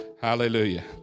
Hallelujah